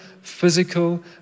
physical